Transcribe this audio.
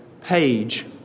page